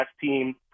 team